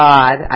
God